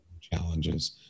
challenges